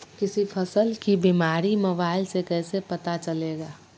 किसी फसल के बीमारी मोबाइल से कैसे पता चलेगा?